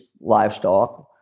livestock